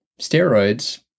steroids